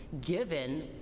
given